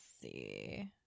see